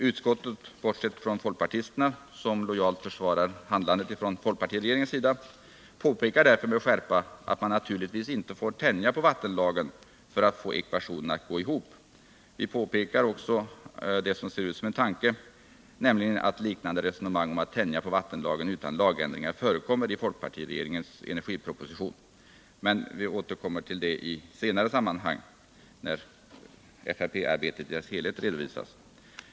Utskottet — bortsett från folkpartisterna som lojalt försvarar varje handlande från folkpartiregeringens sida — påpekar med skärpa att man naturligtvis inte får tänja på vattenlagen för att få ekvationen att gå ihop. Vi påpekar också det som ser ut som en tanke — nämligen att liknande resonemang om att tänja på vattenlagen utan lagändringar förekommer i folkpartiregeringens energiproposition. Vi återkommer till detta i ett senare sammanhang, när FRP-arbetet i dess helhet redovisas.